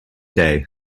day